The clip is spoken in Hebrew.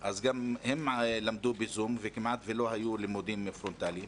גם הם למדו בזום וכמעט שלא היו לימודים פרונטליים.